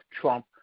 Trump